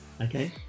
Okay